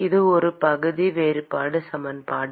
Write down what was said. இது ஒரு பகுதி வேறுபாடு சமன்பாடு